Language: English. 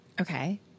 Okay